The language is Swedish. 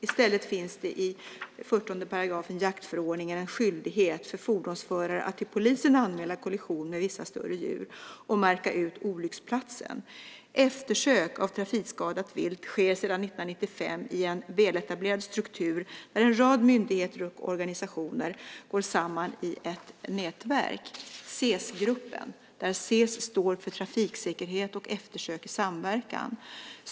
I stället finns det i 40 § jaktförordningen en skyldighet för fordonsförare att till polisen anmäla kollision med vissa större djur och att märka ut olycksplatsen. Eftersök av trafikskadat vilt sker sedan 1995 i en väletablerad struktur där en rad myndigheter och organisationer gått samman i ett nätverk, SES-gruppen, där SES står för trafiksäkerhet och eftersök i samverkan.